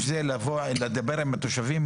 לבוא ולדבר עם התושבים,